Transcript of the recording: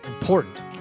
important